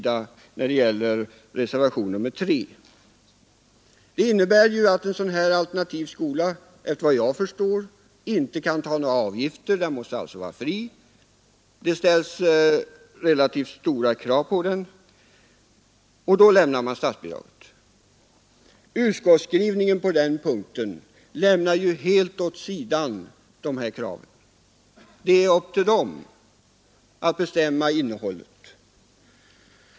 Det innebär t.ex., efter vad jag kan förstå, att en alternativ förskola inte kan avgiftsbeläggas. Det ställs relativt stora krav på dem om statsbidrag skall utgå. Utskottsskrivningen lämnar helt åt sidan de kraven.